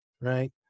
right